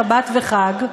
שבת וחג,